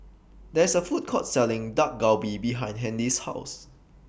There IS A Food Court Selling Dak Galbi behind Handy's House